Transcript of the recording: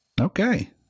okay